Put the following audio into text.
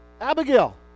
Abigail